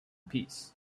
peace